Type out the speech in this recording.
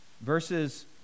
verses